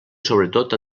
sobretot